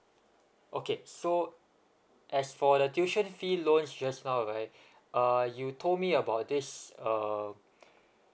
okay so as for the tuition fee loans just now right uh you told me about this uh